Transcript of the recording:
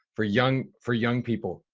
for young, for young people,